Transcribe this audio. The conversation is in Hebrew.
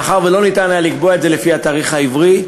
מאחר שלא היה אפשר לקבוע את זה לפי התאריך העברי,